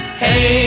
hey